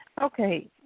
Okay